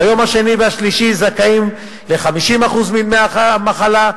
ביום השני והשלישי זכאים ל-50% מדמי המחלה,